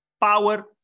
power